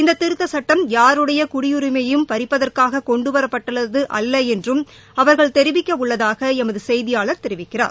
இந்த திருத்தச் சுட்டம் யாருடைய குடியுரிமையையும் பறிப்பதற்காக கொண்டுவரப்பட்டது அல்ல என்றும் அவர்கள் தெரிவிக்கவுள்ளதாக எமது செய்தியாளர் தெரிவிக்கிறார்